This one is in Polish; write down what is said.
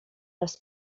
raz